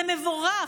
זה מבורך.